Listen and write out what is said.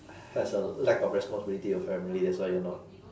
has a lack of responsibility of family that's why you're not